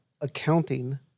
accounting